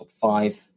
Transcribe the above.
five